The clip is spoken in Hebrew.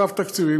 אגף תקציבים,